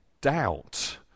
doubt